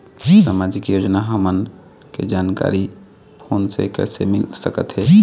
सामाजिक योजना हमन के जानकारी फोन से कइसे मिल सकत हे?